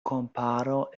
komparo